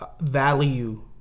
value